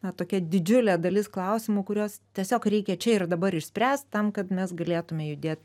na tokia didžiulė dalis klausimų kuriuos tiesiog reikia čia ir dabar išspręst tam kad mes galėtume judėt